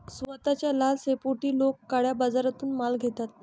स्वस्ताच्या लालसेपोटी लोक काळ्या बाजारातून माल घेतात